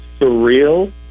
surreal